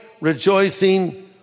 rejoicing